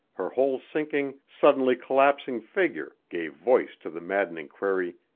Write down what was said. her whole sinking, suddenly collapsing figure gave voice to the maddening query,